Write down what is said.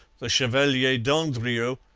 the chevalier d'andrieux,